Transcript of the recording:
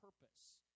purpose